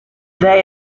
they